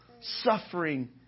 suffering